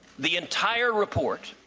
the entire report,